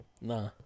Nah